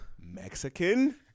Mexican